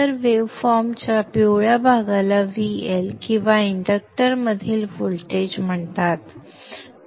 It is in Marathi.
तर वेव्हफॉर्मच्या पिवळ्या भागाला VL किंवा इंडक्टरमधील व्होल्टेज म्हणतात